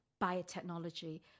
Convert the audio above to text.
biotechnology